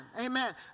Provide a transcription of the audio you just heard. amen